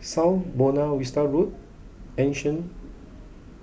South Buona Vista Road Anson